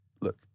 look